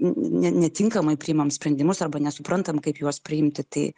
netinkamai priimam sprendimus arba nesuprantam kaip juos priimti tai